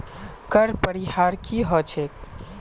कर परिहार की ह छेक